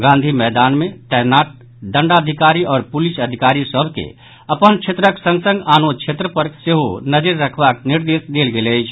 गांधी मैदान मे तैनात दंडाधिकारी आओर पुलिस अधिकारी सभ के अपन क्षेत्रक संग संग आनो क्षेत्र पर सेहो नजरि रखबाक निर्देश देल गेल अछि